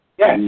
Yes